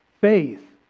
Faith